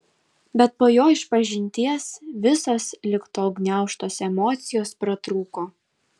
bet po jo išpažinties visos lig tol gniaužtos emocijos pratrūko